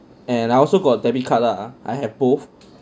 and I also got debit card lah I have both